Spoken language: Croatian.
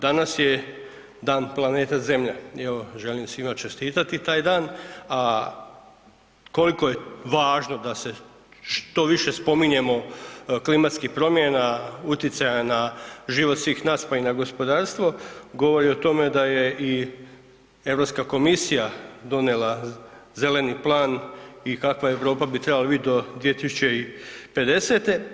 Danas je Dan planete Zemlje i evo želim svima čestiti taj dan, a koliko je važno da se što više spominjemo klimatskih promjena, utjecaja na život svih nas pa i na gospodarstvo, govori o tome da je i Europska komisija donijela zeleni plan i kakva Europa bi trebala biti do 2050.